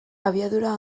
abiadura